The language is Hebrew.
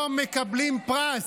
לא מקבלים פרס.